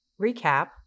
recap